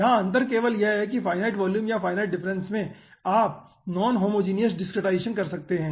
यहां अंतर केवल यह है कि फिनिट वॉल्यूम या फिनिट डिफरेंस में आप नॉन होमोजिनियस डिसक्रीटाईजेसन कर सकते हैं